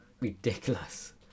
ridiculous